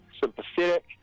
sympathetic